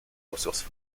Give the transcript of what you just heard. ressources